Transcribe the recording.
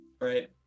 right